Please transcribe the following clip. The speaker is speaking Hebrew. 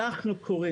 אנחנו קוראים